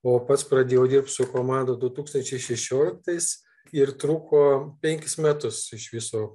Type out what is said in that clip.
o pats pradėjau dirbt su komanda du tūkstančiai šešioliktais ir truko penkis metus iš viso